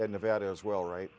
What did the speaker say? in nevada as well right